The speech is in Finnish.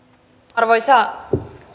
arvoisa